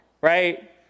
right